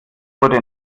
wurde